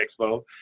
Expo